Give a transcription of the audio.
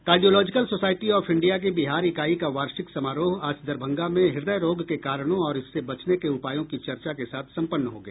cardiological society of India की बिहार इकाई का वार्षिक समारोह आज दरभंगा में हृदय रोग के कारणों और इससे बचने के उपायों की चर्चा के साथ संपन्न हो गया